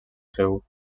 riu